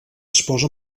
esposa